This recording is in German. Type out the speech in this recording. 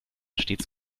stets